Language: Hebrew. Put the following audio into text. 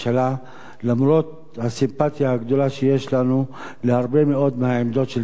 למרות הסימפתיה הגדולה שיש לנו להרבה מאוד מהעמדות של תנועת המחאה.